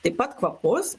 taip pat kvapus